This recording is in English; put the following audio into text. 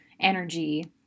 energy